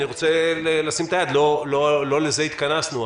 אני רוצה לשים את היד לא לזה התכנסנו,